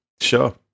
Sure